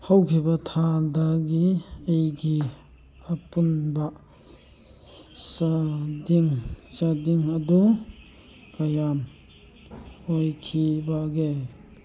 ꯍꯧꯈꯤꯕ ꯊꯥꯗꯒꯤ ꯑꯩꯒꯤ ꯑꯄꯨꯟꯕ ꯆꯥꯗꯤꯡ ꯑꯗꯨ ꯀꯌꯥꯝ ꯑꯣꯏꯈꯤꯕꯒꯦ